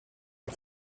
est